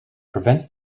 prevents